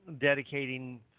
dedicating